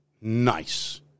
Nice